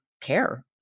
care